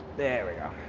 there we go.